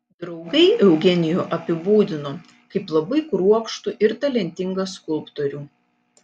draugai eugenijų apibūdino kaip labai kruopštų ir talentingą skulptorių